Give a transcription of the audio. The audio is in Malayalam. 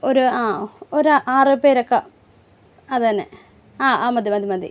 ഒരു ആ ഒരു ആറ് പേരെ ഒക്കെ അത് തന്നെ ആ മതി മതി മതി